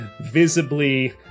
visibly